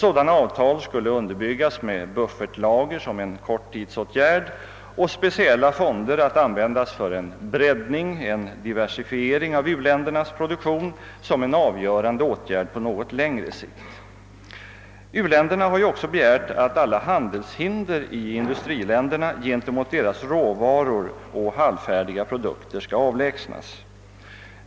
Sådana avtal skulle underbyggas med buffertlager som en korttidsåtgärd och med speciella fonder att användas för en breddning, en diversifiering av u-ländernas produktion som en avgörande åtgärd på något längre sikt. U-länderna har ju också begärt att alla handelshinder i industriländerna mot deras råvaror och halvfärdiga produkter skall avlägsnas.